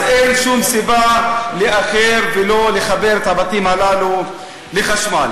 אז אין שום סיבה לעכב ולא לחבר את הבתים הללו לחשמל.